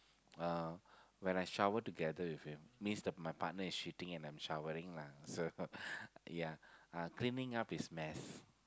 uh when I shower together with him means that my partner is shitting and I am showering lah so ya uh cleaning up his mess